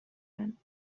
werden